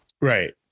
Right